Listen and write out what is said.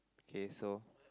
okay so